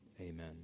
amen